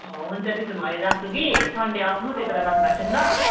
हुन्छ त्यसो भए राख्छु कि सन्डे आउनु त्यति बेला बात मार्छु नि ल